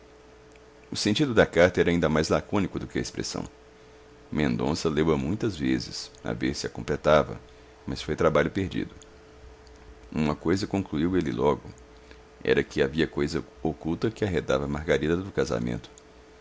o sentido da carta era ainda mais lacônico do que a expressão mendonça leu-a muitas vezes a ver se a completava mas foi trabalho perdido uma coisa concluiu ele logo era que havia coisa oculta que arredava margarida do casamento